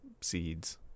seeds